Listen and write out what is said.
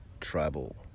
tribal